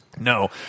No